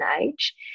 age